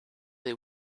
they